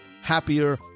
happier